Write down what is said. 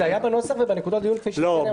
זה היה בנוסח ובנקודת הדיון כפי שהקראת,